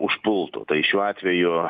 užpultų tai šiuo atveju